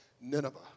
Nineveh